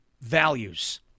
values